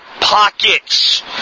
pockets